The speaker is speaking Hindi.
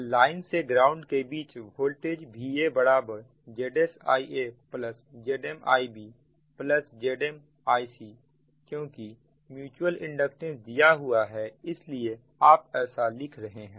तो लाइन से ग्राउंड के बीच की वोल्टेज Vaबराबर VaZsIaZmIbZmIcक्योंकि म्युचुअल इंडक्टेंस दिया हुआ है इसलिए आप ऐसा लिख रहे हैं